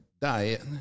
diet